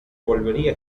volvería